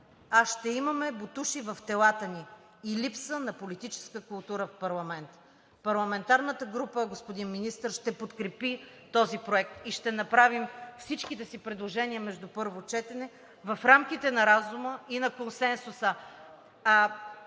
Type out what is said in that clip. а ще имаме ботуши в телата ни и липса на политическа култура в парламента. Господин Министър, парламентарната ни група ще подкрепи този проект и ще направим всичките си предложения между първо и второ четене в рамките на разума и на консенсуса.